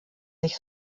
sich